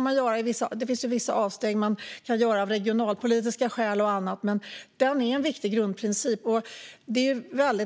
Man kan göra vissa avsteg av regionalpolitiska skäl och annat. Men det är en viktig grundprincip.